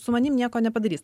su manimi nieko nepadarys